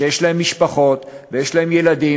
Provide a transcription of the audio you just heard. שיש להם משפחות ויש להם ילדים,